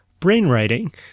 brainwriting